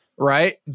Right